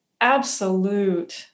absolute